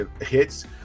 hits